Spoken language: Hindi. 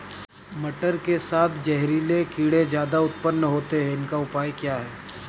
मटर के साथ जहरीले कीड़े ज्यादा उत्पन्न होते हैं इनका उपाय क्या है?